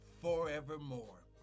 forevermore